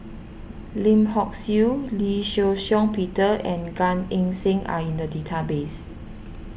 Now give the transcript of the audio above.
Lim Hock Siew Lee Shih Shiong Peter and Gan Eng Seng are in the database